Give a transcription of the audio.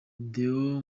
deo